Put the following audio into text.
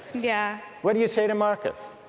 yeah what do you say to marcus?